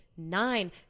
nine